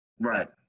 Right